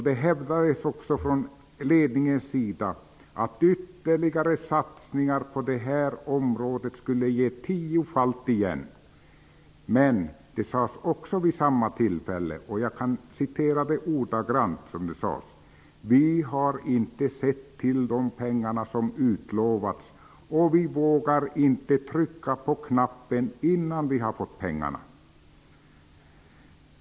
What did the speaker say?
Det hävdades från ledningens sida att ytterligare satsningar på det här området skulle ge tiofalt igen. Men det sades också vid samma tillfälle: ''Vi har inte sett till dom pengarna som utlovats och vi vågar inte trycka på knappen innan vi har fått pengarna.''